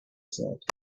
said